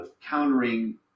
countering